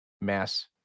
mass